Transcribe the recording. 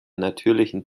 natürlichen